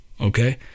okay